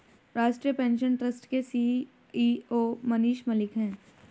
राष्ट्रीय pension trust के CEO Manish Malik है